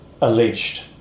alleged